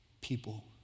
people